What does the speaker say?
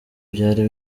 byari